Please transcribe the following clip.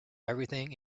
everything